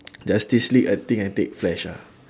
justice league I think I take flash ah